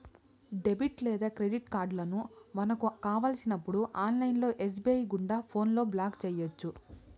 debit లేదా credit కార్డులను మనకు కావలసినప్పుడు ఆన్లైన్ ఎస్.బి.ఐ గుండా ఫోన్లో బ్లాక్ చేయొచ్చు